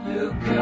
Look